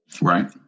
Right